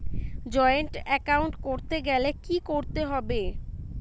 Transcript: Joint account করতে গেলে কি করতে হবে?